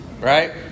Right